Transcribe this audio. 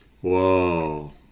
Whoa